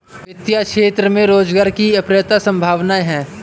वित्तीय क्षेत्र में रोजगार की अपार संभावनाएं हैं